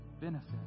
benefit